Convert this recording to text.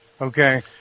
okay